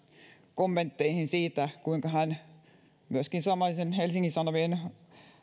kommentteihin siitä kuinka hän myöskin samaisen helsingin sanomien